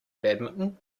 badminton